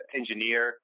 engineer